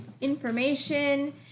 information